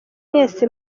mwese